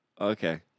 Okay